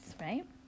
right